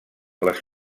les